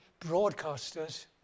broadcasters